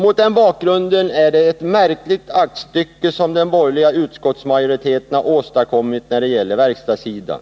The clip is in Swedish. Mot den bakgrunden är det ett märkligt aktstycke som den borgerliga utskottsmajoriteten har åstadkommit när det gäller verkstadssidan.